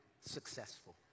successful